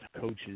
coaches